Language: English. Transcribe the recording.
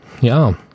ja